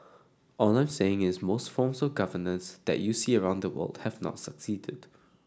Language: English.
all I'm saying is most forms of governance that you see around the world have not succeeded